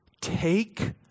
take